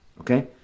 okay